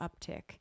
uptick